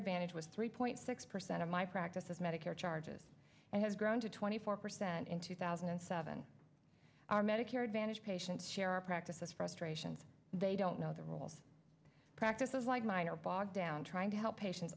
advantage was three point six percent of my practice as medicare charges and has grown to twenty four percent in two thousand and seven our medicare advantage patients share our practices frustrations they don't know the rules practices like mine are bogged down trying to help patients